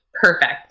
perfect